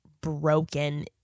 broken